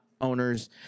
owners